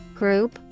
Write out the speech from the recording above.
group